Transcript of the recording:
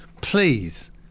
Please